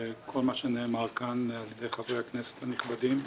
מה שנאמר פה על ידי חברי הכנסת הנכבדים.